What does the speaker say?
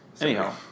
Anyhow